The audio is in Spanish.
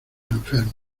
enfermos